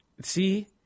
see